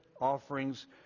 offerings